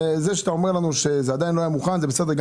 זה שאתה אומר לנו שזה עדיין לא היה מוכן, זה בסדר.